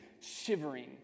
shivering